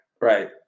right